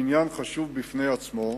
עניין חשוב בפני עצמו,